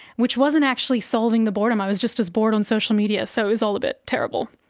which wasn't actually solving the boredom, i was just as bored on social media, so it was all a bit terrible.